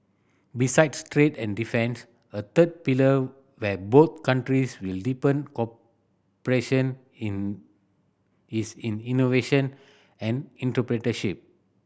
besides trade and defence a third pillar where both countries will deepen cooperation in is in innovation and entrepreneurship